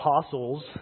apostles